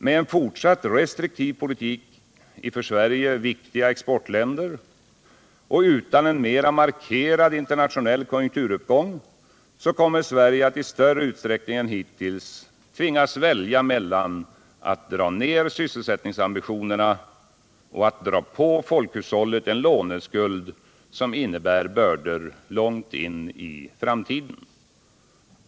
Med en fortsatt restriktiv politik i för Sverige viktiga exportländer och utan en mera markerad internationell konjunkturuppgång kommer Sverige att i större utsträckning än hittills tvingas välja mellan att dra ner sysselsättningsambitionerna och att dra på folkhushållet en låneskuld som innebär bördor långt in i framtiden.